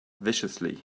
viciously